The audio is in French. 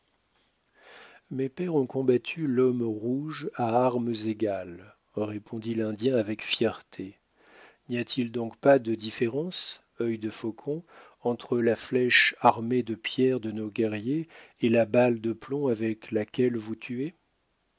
mes pères ont combattu l'homme rouge à armes égales répondit l'indien avec fierté n'y a-t-il donc pas de différence œil de faucon entre la flèche armée de pierre de nos guerriers et la balle de plomb avec laquelle vous tuez